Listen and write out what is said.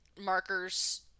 markers